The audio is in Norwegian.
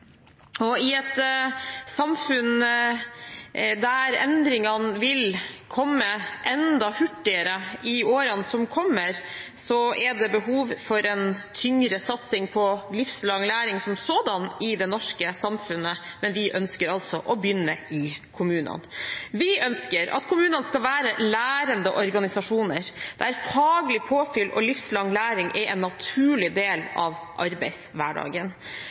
I et samfunn der endringene vil komme enda hurtigere i årene som kommer, er det behov for en tyngre satsing på livslang læring som sådan i det norske samfunnet, men vi ønsker altså å begynne i kommunene. Vi ønsker at kommunene skal være lærende organisasjoner, der faglig påfyll og livslang læring er en naturlig del av arbeidshverdagen.